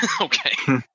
Okay